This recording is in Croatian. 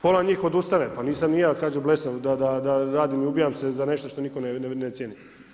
Pola njih odustane, pa nisam ni ja, kaže blesav da radim i ubijam se za nešto što nitko ne cijeni.